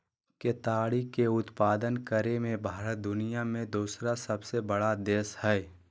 केताड़ी के उत्पादन करे मे भारत दुनिया मे दोसर सबसे बड़ा देश हय